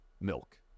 milk